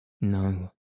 No